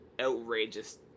outrageous